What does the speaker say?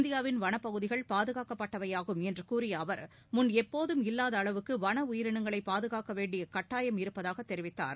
இந்தியாவின் வனப்பகுதிகள் பாதுகாக்கப்பட்டவையாகும் என்று கூறிய அவர் முன் எப்போதும் இல்லாத அளவுக்கு வன உயிரினங்களைப் பாதுகாக்க வேண்டிய கட்டாயம் இருப்பதாக தெரிவித்தார்